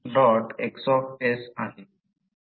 X आहे